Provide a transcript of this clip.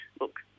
look